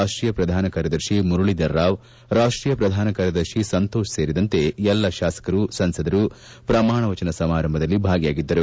ರಾಷ್ಟೀಯ ಪ್ರಧಾನ ಕಾರ್ಯದರ್ಶಿ ಮುರುಳೀಧರ್ ರಾವ್ ರಾಷ್ಟೀಯ ಪ್ರಧಾನ ಕಾರ್ಯದರ್ಶಿ ಸಂತೋಷ್ ಸೇರಿದಂತೆ ಎಲ್ಲ ಶಾಸಕರು ಸಂಸದರು ಪ್ರಮಾಣ ವಚನ ಸಮಾರಂಭದಲ್ಲಿ ಭಾಗಿಯಾಗಿದ್ದರು